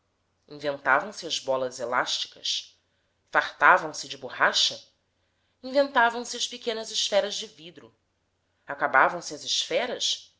penas inventavam se as bolas elásticas fartavam se de borracha inventavam se as pequenas esferas de vidro acabavam se as esferas